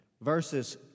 Verses